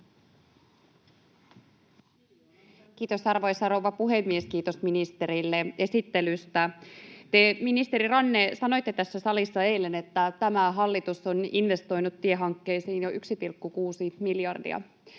Kiitos, arvoisa rouva puhemies! Kiitos ministerille esittelystä. Te, ministeri Ranne, sanoitte tässä salissa eilen, että tämä hallitus on investoinut tiehankkeisiin jo 1,6 miljardia.